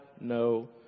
no